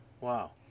Wow